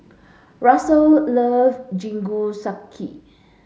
Russel love Jingisukan